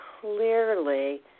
clearly